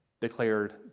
declared